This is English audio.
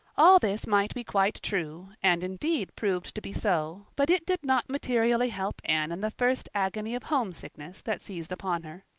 all this might be quite true, and indeed, proved to be so, but it did not materially help anne in the first agony of homesickness that seized upon her.